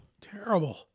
Terrible